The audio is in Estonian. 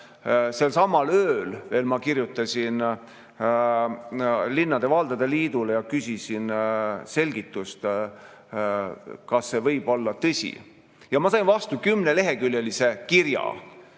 selsamal ööl kirjutasin linnade ja valdade liidule ning küsisin selgitust, kas see võib olla tõsi. Ma sain vastu kümneleheküljelise kirja